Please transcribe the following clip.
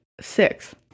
six